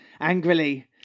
angrily